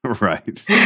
Right